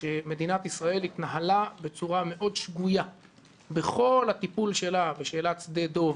שמדינת ישראל התנהלה בצורה מאוד שגויה בכל הטיפול שלה בשאלת שדה דב